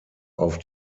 auf